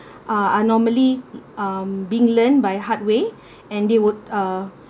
uh are normally um being learned by hard way and they would uh